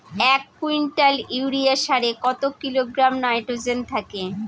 এক quintal urea সারে কত কিলোগ্রাম নাইট্রোজেন থাকে?